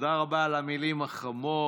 תודה רבה על המילים החמות.